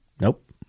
Nope